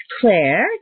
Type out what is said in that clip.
Claire